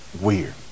weird